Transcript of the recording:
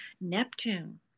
Neptune